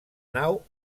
nau